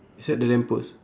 beside the lamp post